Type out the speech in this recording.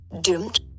doomed